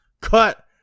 cut